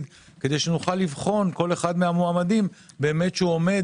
כדי שנוכל לבחון כל אחד מהמועמדים באמת שהוא עומד